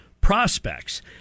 prospects